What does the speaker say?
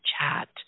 chat